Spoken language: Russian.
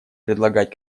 предлагать